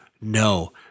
no